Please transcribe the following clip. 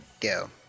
go